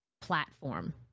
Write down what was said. platform